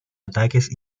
ataques